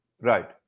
Right